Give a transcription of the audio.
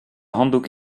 handdoek